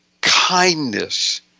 kindness